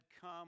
come